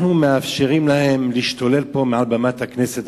אנחנו מאפשרים להם להשתולל פה מעל במת הכנסת.